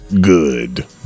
Good